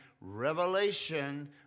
revelation